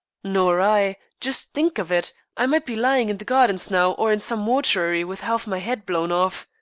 nor i. just think of it. i might be lying in the gardens now, or in some mortuary, with half my head blown off.